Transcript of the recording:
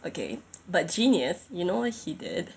okay but genius you know what he did